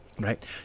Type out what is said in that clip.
right